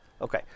Okay